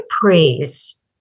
praise